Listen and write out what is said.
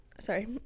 Sorry